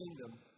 kingdom